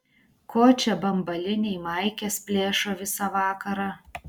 ko čia bambaliniai maikes plėšo visą vakarą